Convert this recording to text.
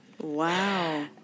wow